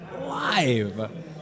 live